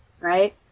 right